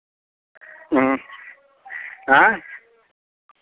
ह्म्म आँय